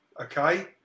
Okay